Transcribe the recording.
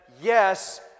yes